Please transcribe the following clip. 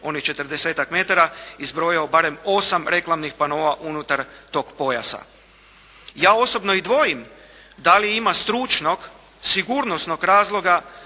onih 40-tak metara, izbrojao barem 8 reklamnih panoa unutar tog pojasa. Ja osobno i dvojim da li ima stručnog, sigurnosnog razloga